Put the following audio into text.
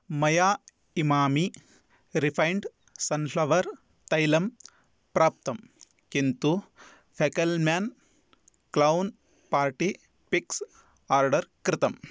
मया Emami refined sunflower तैलम् प्राप्तं किन्तु Fackelmann clown party picks order कृतम्